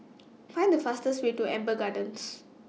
Find The fastest Way to Amber Gardens